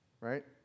right